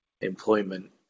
employment